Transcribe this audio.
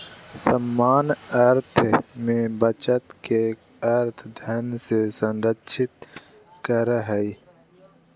सामान्य अर्थ में बचत के अर्थ धन के संरक्षित करो हइ